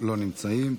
לא נמצאים.